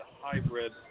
hybrid